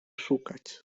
szukać